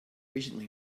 recently